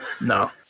No